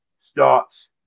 starts